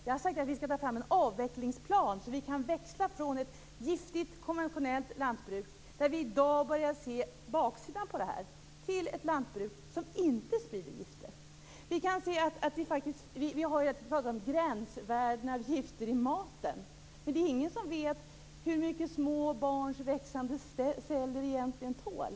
Jag har sagt att vi skall ta fram en avvecklingsplan, så att vi kan växla från ett giftigt konventionellt lantbruk, vars baksida vi i dag börjar se, till ett lantbruk som inte sprider gifter. Vi har gränsvärden för gifter i maten, men det är ingen som vet hur mycket små barns växande celler egentligen tål.